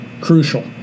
crucial